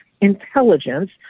intelligence